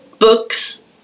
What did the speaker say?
Books